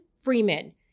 Freeman